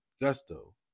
gusto